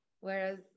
whereas